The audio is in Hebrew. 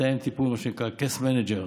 מתאם טיפול, case manager: